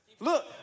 Look